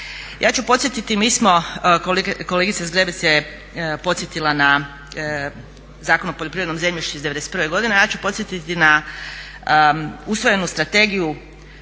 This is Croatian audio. Ja ću podsjetiti, mi smo kolegica Zgrebec je podsjetila na Zakon o poljoprivrednom zemljištu iz '91. godine. Ja ću podsjetiti na usvojenu Strategiju